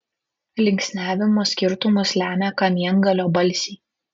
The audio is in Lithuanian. linksniavimo skirtumus lemia kamiengalio balsiai